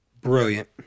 Brilliant